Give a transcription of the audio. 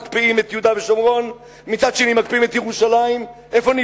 מקפיאים את יהודה ושומרון ומצד שני מקפיאים את ירושלים.